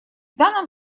данном